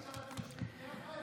עכשיו אתם יושבים יחד?